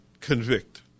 convict